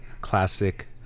classic